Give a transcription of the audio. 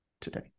today